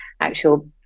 actual